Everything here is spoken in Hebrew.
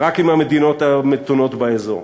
רק עם המדינות המתונות באזור.